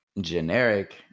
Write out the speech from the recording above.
generic